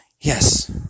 Yes